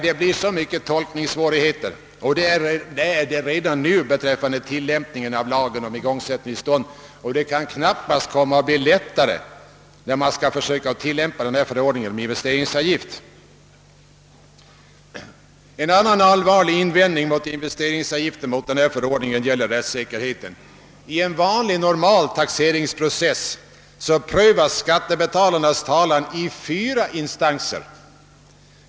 Den senare vållar redan nu stora tolkningssvårigheter, och det kan knappast bli lättare att tillämpa förordningen om investeringsavgift. En annan allvarlig invändning mot förordningen om investeringsavgift gäller rättssäkerheten. I en vanlig normal taxeringsprocess prövas den skattskyldiges talan i fyra instanser.